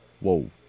Whoa